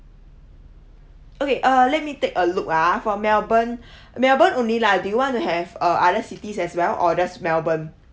okay err let me take a look ah for melbourne melbourne only lah do you want to have uh other cities as well or just melbourne